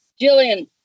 Jillian